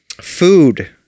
Food